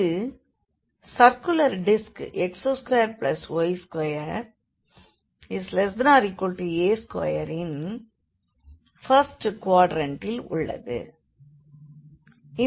இது circular disc x2y2a2ன் first குவாட்ரண்டில் உள்ளது